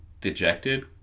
Dejected